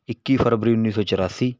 ਇੱਕੀ ਫਰਵਰੀ ਉੱਨੀ ਸੌ ਚੁਰਾਸੀ